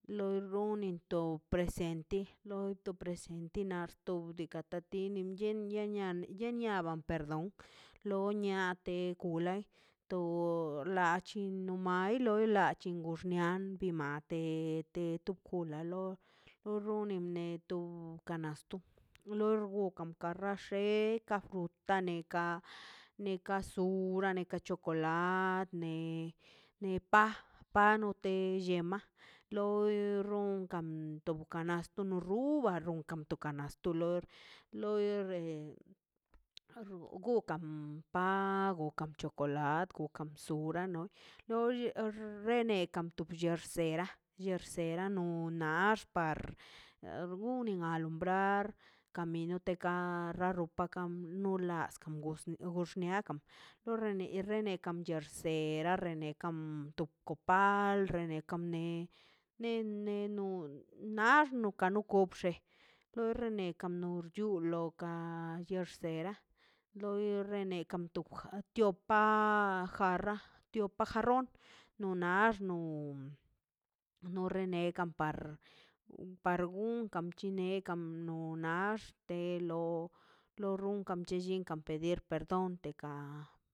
Lo xunento presente loi te presente na di ka tatina nchei nia nia niaba perdon loniate kulai to lachi no mai lo la lachi gon xniai mate nete to kula lo runen ne to kanasto lo rgugan karrast te ka fruta da neka neka zura neka chokolatəne nepa panote llia ma lo ronkan to kanasto lo ruban ronkan to kanasto loi loi re argugan ba gokan chokolat gokan suran noi loll e er nekan to bllers bera seran nonaxt par gunin alumbrar camino teka raro tekam no las kan gosen goxniakan do rene rene kam chersera rene kam to kopa al rene kamne nene nu nar nuka nu gokx̱e to rene kanor chuloka aiersera loi rene kam tio pajara jarron no nax no no rene kan par par gun kam chine kam no nax te lo lo runkan bchin lli kan pedir perdón teka.